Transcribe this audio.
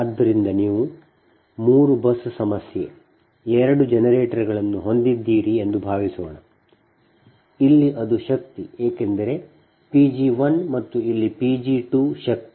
ಆದ್ದರಿಂದ ನೀವು 3 ಬಸ್ ಸಮಸ್ಯೆ 2 ಜನರೇಟರ್ಗಳನ್ನು ಹೊಂದಿದ್ದೀರಿ ಎಂದು ಭಾವಿಸೋಣ ಇಲ್ಲಿ ಅದು ಶಕ್ತಿ ಏಕೆಂದರೆ P g1 ಮತ್ತು ಇಲ್ಲಿ P g2 ಶಕ್ತಿ